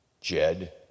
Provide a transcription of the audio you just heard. Jed